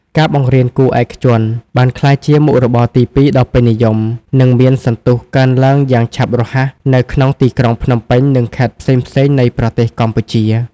ការបង្រៀនគួរឯកជនបានក្លាយជាមុខរបរទីពីរដ៏ពេញនិយម និងមានសន្ទុះកើនឡើងយ៉ាងឆាប់រហ័សនៅក្នុងទីក្រុងភ្នំពេញនិងខេត្តផ្សេងៗនៃប្រទេសកម្ពុជា។